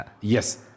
Yes